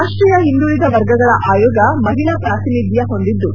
ರಾಷ್ಷೀಯ ಹಿಂದುಳಿದ ವರ್ಗಗಳ ಆಯೋಗ ಮಹಿಳಾ ಪ್ರಾತಿನಿಧ್ಯ ಹೊಂದಿದ್ದು